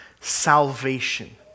Salvation